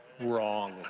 Wrong